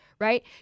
right